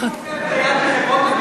מי,